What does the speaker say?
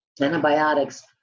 antibiotics